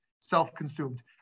self-consumed